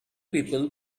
people